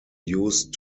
used